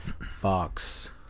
Fox